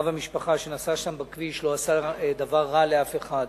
אב המשפחה שנסע שם בכביש לא עשה דבר רע לאף אחד,